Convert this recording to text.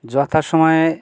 যথা সময়ে